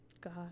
God